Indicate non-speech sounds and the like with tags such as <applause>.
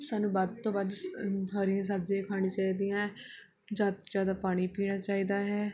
ਸਾਨੂੰ ਵੱਧ ਤੋਂ ਵੱਧ <unintelligible> ਹਰੀਆਂ ਸਬਜ਼ੀਆਂ ਖਾਣੀ ਚਾਹੀਦੀਆਂ ਜ਼ਿਆਦਾ ਤੋਂ ਜ਼ਿਆਦਾ ਪਾਣੀ ਪੀਣਾ ਚਾਹੀਦਾ ਹੈ